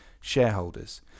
shareholders